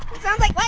sounds like, but